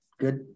good